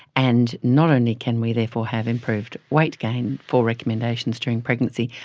and not only can we therefore have improved weight gain for recommendations during pregnancy,